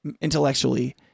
intellectually